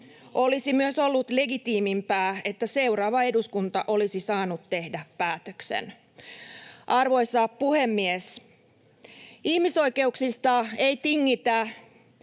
Olisi myös ollut legitiimimpää, että seuraava eduskunta olisi saanut tehdä päätöksen. Arvoisa puhemies! Ihmisoikeuksista ei tingitä,